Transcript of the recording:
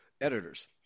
editors